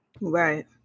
Right